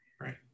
Right